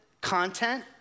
content